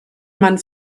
man